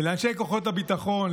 ולאנשי כוחות הביטחון,